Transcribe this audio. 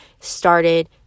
started